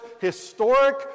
historic